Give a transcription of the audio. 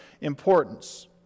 importance